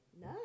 No